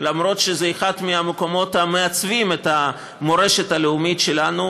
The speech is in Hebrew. למרות שזה אחד המקומות שמעצבים את המורשת הלאומית שלנו.